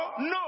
No